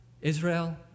Israel